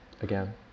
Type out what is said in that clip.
again